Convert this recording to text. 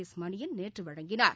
எஸ்மணியன் நேற்று வழங்கினார்